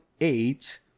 eight